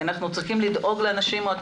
כי אנחנו צריכים לדאוג לאנשים האלה.